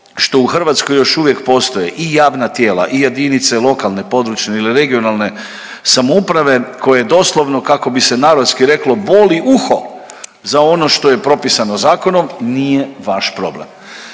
što u Hrvatskoj još uvijek postoje i javna tijela i jedinice lokalne područne ili regionalne samouprave koje doslovno kako bi se narodski reklo, boli uho za ono što je propisano zakonom, nije vaš problem.